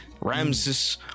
Ramses